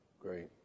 Great